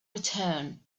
return